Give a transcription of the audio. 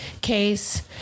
case